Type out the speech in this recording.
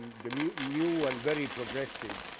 and i mean new and very progressive